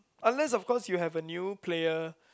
unless of course you have a new player